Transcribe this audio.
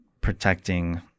protecting